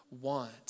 want